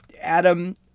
Adam